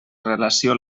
relació